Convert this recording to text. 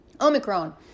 Omicron